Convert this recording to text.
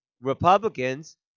Republicans